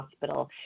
hospital